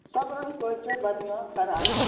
सब रङ्गके होइ छै बढ़िआँ खराब